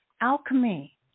alchemy